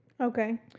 Okay